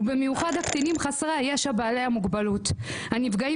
במיוחד קטינים חסרי ישע בעלי מוגבלות הנפגעים